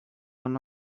one